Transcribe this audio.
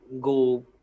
go